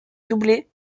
doublé